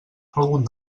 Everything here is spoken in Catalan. algun